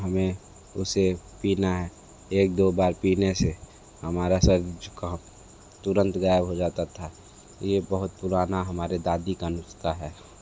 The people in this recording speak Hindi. हमे उसे पीना है एक दो बार पीने से हमारा सर्दी जुखाम तुरंत गायब हो जाता था यह बहुत पुराना हमारे दादी का नुस्का है